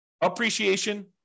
appreciation